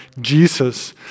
Jesus